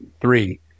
three